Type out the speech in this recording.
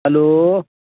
hello